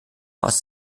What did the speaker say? aus